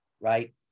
right